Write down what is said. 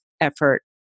effort